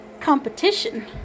competition